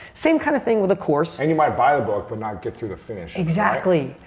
same kind of thing with a course. and you might buy a book but not get through the finish exactly,